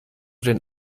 den